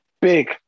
big